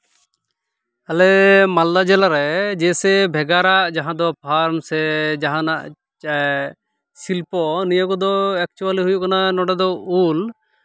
ᱟᱞᱮ ᱢᱟᱞᱫᱟ ᱡᱮᱞᱟ ᱨᱮ ᱡᱮ ᱥᱮ ᱵᱷᱮᱜᱟᱨᱟᱜ ᱡᱟᱦᱟᱸ ᱫᱚ ᱯᱷᱟᱨᱢ ᱥᱮ ᱡᱟᱦᱟᱱᱟᱜ ᱥᱤᱞᱯᱚ ᱱᱤᱭᱟᱹ ᱠᱚᱫᱚ ᱮᱠᱪᱩᱭᱮᱞᱤ ᱦᱩᱭᱩᱜ ᱠᱟᱱᱟ ᱱᱚᱸᱰᱮ ᱫᱚ ᱩᱞ